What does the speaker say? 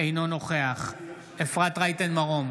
אינו נוכח אפרת רייטן מרום,